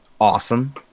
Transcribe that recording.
awesome